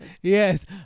Yes